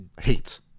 hates